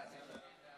הצעת סיעת יש עתיד-תל"ם